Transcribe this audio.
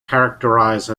characterize